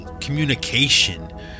communication